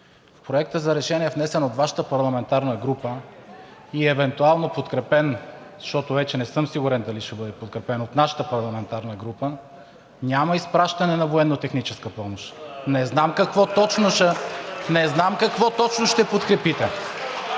Проектът за решение, внесен от Вашата парламентарна група и евентуално подкрепен, защото вече не съм сигурен, че ще бъде подкрепен от нашата парламентарна група, няма изпращане на военнотехническа помощ. (Шум, реплики